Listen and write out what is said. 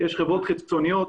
יש חברות חיצוניות,